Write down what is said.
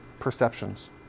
perceptions